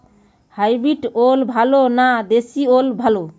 Hybrid ওল ভালো না দেশী ওল ভাল?